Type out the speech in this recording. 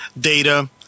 data